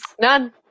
None